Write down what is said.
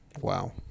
Wow